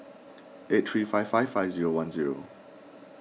eight three five five five zero one zero